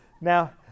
Now